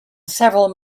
several